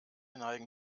neigen